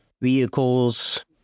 vehicles